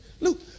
Look